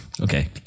Okay